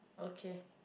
okay